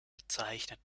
bezeichnet